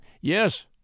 Yes